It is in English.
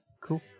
Cool